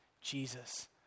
Jesus